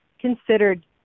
considered